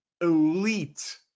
elite